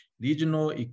regional